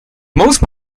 most